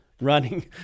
Running